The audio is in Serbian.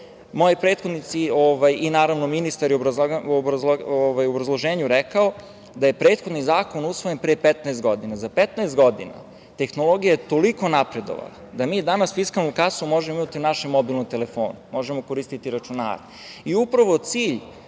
moji prethodnici i naravno ministar je u obrazloženju rekao da je prethodni zakon usvojen pre 15 godina. Za 15 godina tehnologija je toliko napredovala da mi danas fiskalnu kasu možemo imati u našem mobilnom telefonu, možemo koristiti računare. Upravo cilj